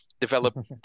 develop